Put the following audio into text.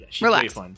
Relax